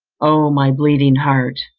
oh my bleeding heart,